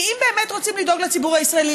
כי אם באמת רוצים לדאוג לציבור הישראלי,